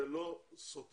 זה לא סותר.